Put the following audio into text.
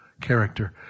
character